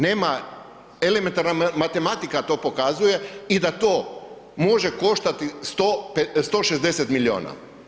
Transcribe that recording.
Nema, elementarne matematika to pokazuje i da to može koštati 160 milijuna.